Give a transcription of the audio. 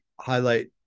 highlight